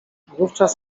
wówczas